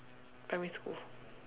primary school